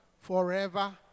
forever